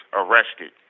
arrested